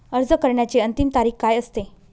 अर्ज करण्याची अंतिम तारीख काय असते?